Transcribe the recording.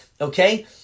Okay